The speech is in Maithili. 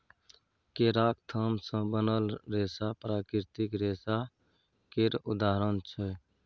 केराक थाम सँ बनल रेशा प्राकृतिक रेशा केर उदाहरण छै